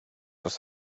oes